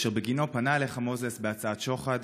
אשר בגינו פנה אליך מוזס בהצעת שוחד,